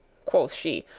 quoth she,